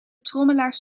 trommelaars